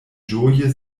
ĝoje